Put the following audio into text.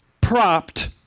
propped